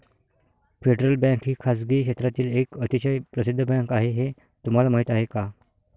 Federal Bank ही खासगी क्षेत्रातील एक अतिशय प्रसिद्ध बँक आहे हे तुम्हाला माहीत आहे का?